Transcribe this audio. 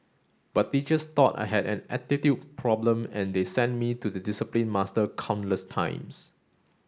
but teachers thought I had an attitude problem and they sent me to the discipline master countless times